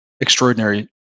extraordinary